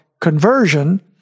conversion